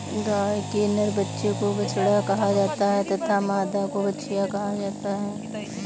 गाय के नर बच्चे को बछड़ा कहा जाता है तथा मादा को बछिया कहा जाता है